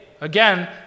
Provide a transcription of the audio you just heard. Again